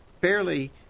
fairly